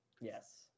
Yes